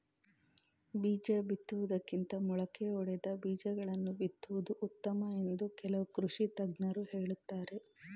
ಬೀಜ ಬಿತ್ತುವುದಕ್ಕಿಂತ ಮೊಳಕೆ ಒಡೆದ ಬೀಜಗಳನ್ನು ಬಿತ್ತುವುದು ಉತ್ತಮ ಎಂದು ಕೆಲವು ಕೃಷಿ ತಜ್ಞರು ಹೇಳುತ್ತಾರೆ